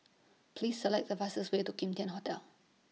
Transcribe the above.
Please Select The fastest Way to Kim Tian Hotel